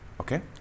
okay